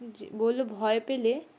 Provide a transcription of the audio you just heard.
যে বলল যে ভয় পেলে